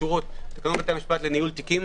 תקנות בתי המשפט לניהול תיקים.